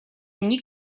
они